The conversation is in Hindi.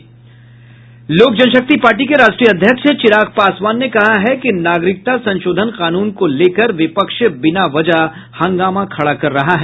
लोक जनशक्ति पार्टी के राष्ट्रीय अध्यक्ष चिराग पासवान ने कहा है कि नागरिकता संशोधन कानून को लेकर विपक्ष बिना वजह हंगामा खड़ा कर रहा है